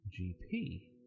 GP